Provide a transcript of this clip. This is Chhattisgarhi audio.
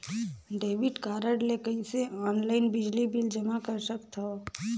डेबिट कारड ले कइसे ऑनलाइन बिजली बिल जमा कर सकथव?